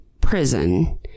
prison